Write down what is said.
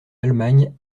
allemagne